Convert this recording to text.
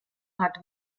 hat